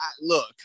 Look